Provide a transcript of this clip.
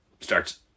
starts